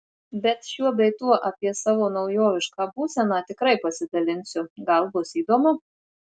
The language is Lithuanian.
bet šiuo bei tuo apie savo naujovišką būseną tikrai pasidalinsiu gal bus įdomu